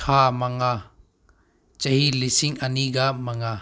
ꯊꯥ ꯃꯉꯥ ꯆꯍꯤ ꯂꯤꯁꯤꯡ ꯑꯅꯤꯒ ꯃꯉꯥ